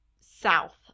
south